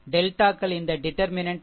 டெல்டாக்கள் இந்த டிடர்மினென்ட் ஆகும்